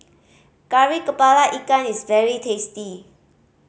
Kari Kepala Ikan is very tasty